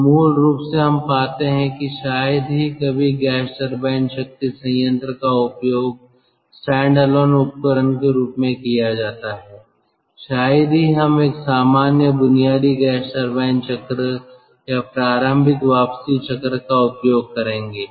तो मूल रूप से हम पाते हैं कि शायद ही कभी गैस टरबाइन शक्ति संयंत्र का उपयोग स्टैंडअलोन उपकरण के रूप में किया जाता है शायद ही हम एक सामान्य बुनियादी गैस टरबाइन चक्र या प्रारंभिक वापसी चक्र का उपयोग करेंगे